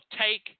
take